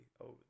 over